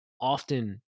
often